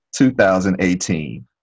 2018